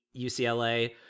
UCLA